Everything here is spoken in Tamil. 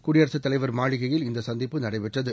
குடியரசுத் தலைவர் மாளிகையில் இந்த சந்திப்பு நடைபெற்றது